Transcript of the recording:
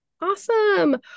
Awesome